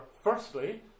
firstly